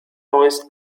neues